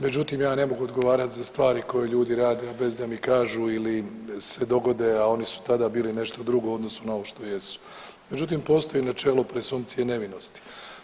Međutim ja ne mogu odgovarat za stvari koje ljudi rade, a bez da mi kažu ili se dogode, a oni su tada bili nešto drugo u odnosu na ovo što jesu, međutim postoji načelo presumpcije nevinosti.